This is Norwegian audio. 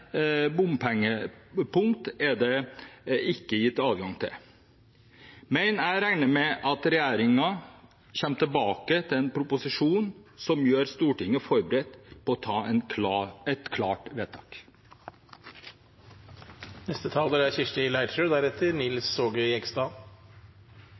bompengepunkt er det ikke gitt adgang til. Jeg regner med at regjeringen kommer tilbake med en proposisjon som gjør Stortinget forberedt på å fatte et klart vedtak. Dette er